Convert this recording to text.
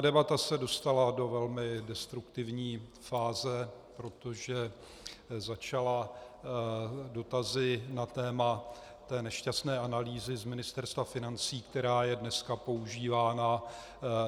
Debata se dostala do velmi destruktivní fáze, protože začala dotazy na téma té nešťastné analýzy z Ministerstva financí, která je dnes používána